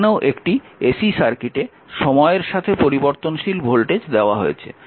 এখানেও একটি ac সার্কিটে সময়ের সাথে পরিবর্তনশীল ভোল্টেজ দেওয়া হয়েছে